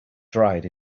dried